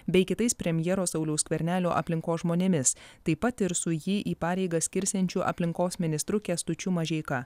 bei kitais premjero sauliaus skvernelio aplinkos žmonėmis taip pat ir su jį į pareigas skirsiančiu aplinkos ministru kęstučiu mažeika